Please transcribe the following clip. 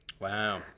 Wow